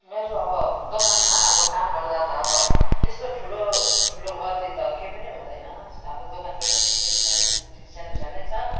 मेरो अब दोकानमा अब काम गर्दा त अब त्यस्तो ठुलो ठुलो गल्ती त केही पनि हुँदैन अब दोकान पनि ठिक्कै सानो ठ सानो सानै छ